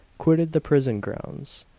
quitted the prison grounds.